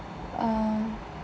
um